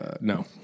No